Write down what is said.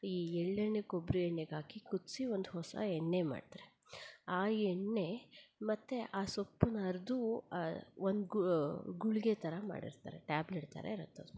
ಈ ಎಳ್ಳೆಣ್ಣೆ ಕೊಬ್ಬರಿ ಎಣ್ಣೆಗೆ ಹಾಕಿ ಕುದಿಸಿ ಒಂದು ಹೊಸ ಎಣ್ಣೆ ಮಾಡ್ತಾರೆ ಆ ಎಣ್ಣೆ ಮತ್ತು ಆ ಸೊಪ್ಪನ್ನ ಅರೆದು ಒಂದು ಗುಳಿಗೆ ಥರ ಮಾಡಿರ್ತಾರೆ ಟ್ಯಾಬ್ಲೆಟ್ ಥರ ಇರುತ್ತದು